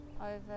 over